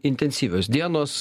intensyvios dienos